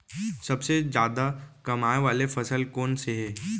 सबसे जादा कमाए वाले फसल कोन से हे?